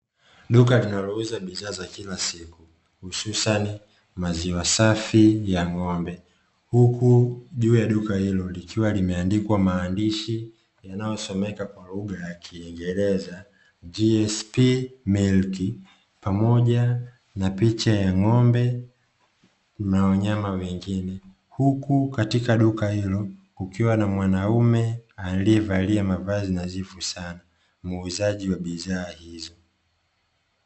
Duka linalouza bidhaa za kila siku hususan maziwa safi ya ng’ombe. Huku juu ya duka hilo likiwa limeandikwa maandishi yanayosomeka kwa lugha ya kiingereza “GSP Milk”, pamoja na picha ya ng'ombe na wanyama wengine. Huku katika duka hilo kukiwa na mwanaume aliyevalia mavazi nadhifu sana, muuzaji wa bidhaa hizo.